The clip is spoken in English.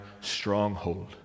stronghold